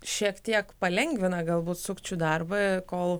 šiek tiek palengvina gal būt sukčių darbą kol